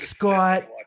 Scott